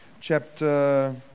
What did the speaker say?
chapter